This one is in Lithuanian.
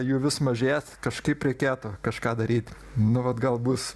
jų vis mažės kažkaip reikėtų kažką daryt nu vat gal bus